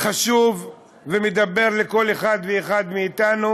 לכל אחד ואחד מאתנו,